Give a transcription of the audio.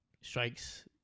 Strikes